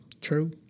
True